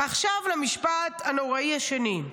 ועכשיו למשפט הנוראי השני: